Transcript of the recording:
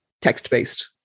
text-based